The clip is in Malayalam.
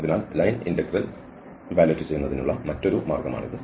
അതിനാൽ ലൈൻ ഇന്റഗ്രൽ വിലയിരുത്തുന്നതിനുള്ള മറ്റൊരു മാർഗമാണിത്